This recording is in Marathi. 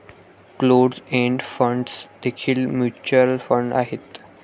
क्लोज्ड एंड फंड्स देखील म्युच्युअल फंड आहेत